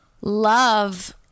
love